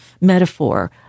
metaphor